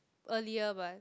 earlier what